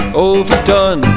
overdone